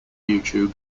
youtube